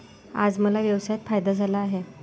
आज मला व्यवसायात फायदा झाला आहे